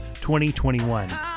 2021